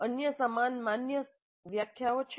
અન્ય સમાન માન્ય વ્યાખ્યાઓ છે